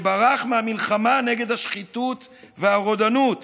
שברח מהמלחמה נגד השחיתות והרודנות